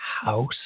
house